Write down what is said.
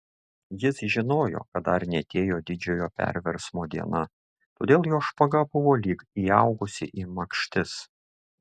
jis žinojo kad dar neatėjo didžiojo perversmo diena todėl jo špaga buvo lyg įaugusi į makštis